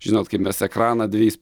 žinot kaip mes ekraną dviejais